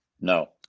no